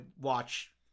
watch